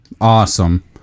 Awesome